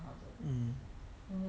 mm